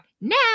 Now